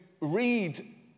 read